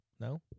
No